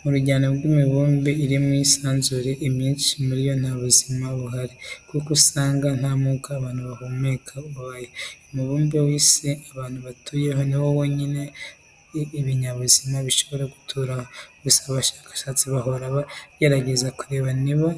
Mu rujyano rw'imibumbe iri mu isanzure, imyinshi muri yo nta buzima buhari kuko usanga nta mwuka abantu bahumeka ubayo. Umubumbe w'isi abantu dutuyeho ni wo wonyine ibinyabuzima bishobora guturaho. Gusa abashakashatsi bahora bagerageza kureba niba